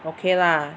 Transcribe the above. okay lah